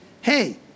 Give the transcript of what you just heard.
hey